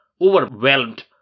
overwhelmed